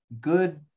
good